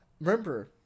Remember